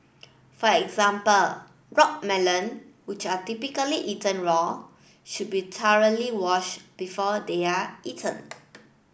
for example rock melon which are typically eaten raw should be thoroughly washed before they are eaten